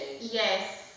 Yes